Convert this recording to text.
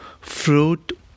fruit